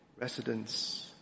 residents